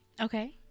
Okay